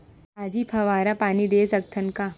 भाजी फवारा पानी दे सकथन का?